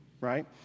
right